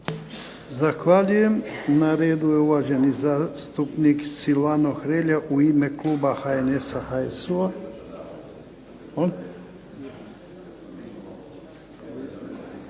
Zahvaljujem. Na redu je uvaženi zastupnik Silvano Hrelja, u ime kluba HNS-a, HSU-a.